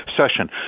session